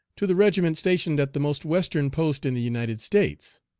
to the regiment stationed at the most western post in the united states.